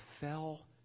fell